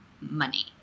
money